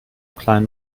klein